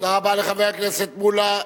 תודה רבה לחבר הכנסת מולה.